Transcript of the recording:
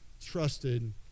trusted